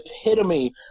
epitome